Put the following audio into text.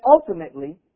ultimately